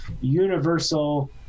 universal